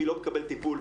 מי לא מקבל טיפול,